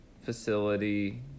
facility